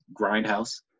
Grindhouse